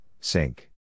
sink